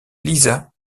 lisa